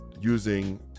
using